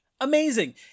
Amazing